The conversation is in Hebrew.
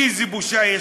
איזו בושה.